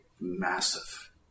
massive